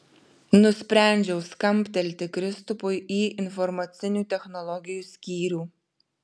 nusprendžiau skambtelti kristupui į informacinių technologijų skyrių